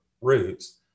roots